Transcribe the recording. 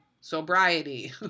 sobriety